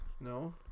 No